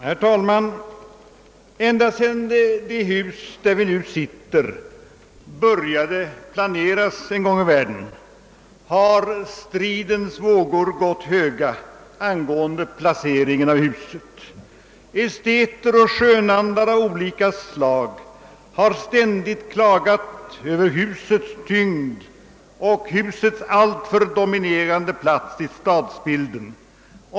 Herr talman! Ända sedan det hus där vi nu sitter började planeras en gång i världen har stridens vågor gått höga angående placeringen av huset. Esteter och skönandar av olika slag har ständigt klagat över husets tyngd och alltför dominerande plats i stadsbilden.